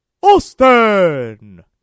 Austin